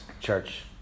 church